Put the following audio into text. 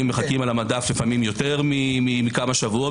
מחכים על המדף לפעמים יותר מכמה שבועות.